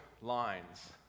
lines